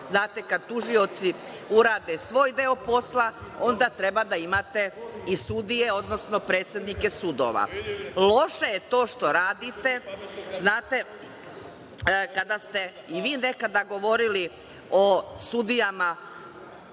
Znate, kad tužioci urade svoj deo posla, onda treba da imate i sudije, odnosno predsednike sudova. Loše je to što radite. Znate, kada ste i vi nekada govorili o sudijama koji